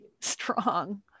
strong